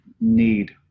need